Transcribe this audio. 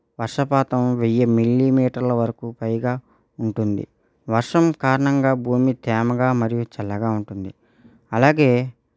వర్షపాతం వెయ్యి మిల్లీమీటర్ల వరకు పైగా ఉంటుంది వర్షం కారణంగా భూమి తేమగా మరియు చల్లగా ఉంటుంది అలాగే